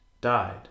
died